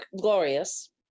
glorious